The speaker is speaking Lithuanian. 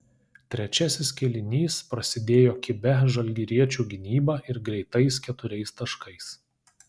trečiasis kėlinys prasidėjo kibia žalgiriečių gynyba ir greitais keturiais taškais